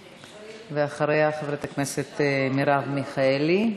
ואחריה, חברת הכנסת מרב מיכאלי,